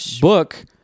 book